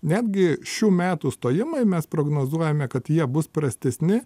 netgi šių metų stojimai mes prognozuojame kad jie bus prastesni